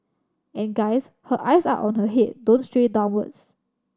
and guys her eyes are on her head don't stray downwards